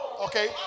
Okay